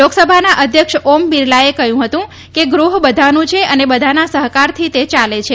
લોકસભાના અધ્યક્ષ ઓમ બિરલાએ કહ્યું હતું કે ગૃહ બધાનું છે અને બધાનાં સહકારથી તે યાલે છે